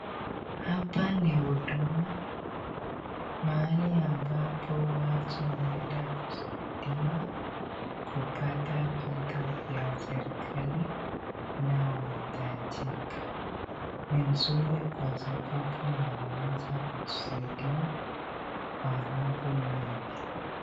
Hapa ni huduma, mahali watu wanaenda kusaidiwa, kupata vitu vya serekali inayo hitajika. Ni nzuri kwa sababu inawaza kujisaidia kwa mambo mengi